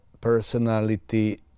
personality